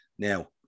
Now